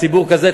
ציבור כזה,